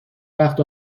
وقت